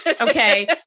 Okay